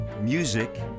music